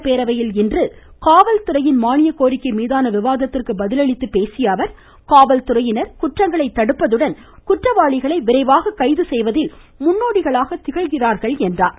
சட்டப்பேரவையில் இன்று காவல் துறையின் மானியக் கோரிக்கை மீதான விவாதத்திற்கு பதிலளித்து பேசிய அவர் காவல்துறையினர் குற்றங்களை தடுப்பதுடன் குற்றவாளிகளை விரைவாக கைது செய்வதில் முன்னோடிகளாக திகழ்கிறார்கள் என்றார்